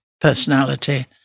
personality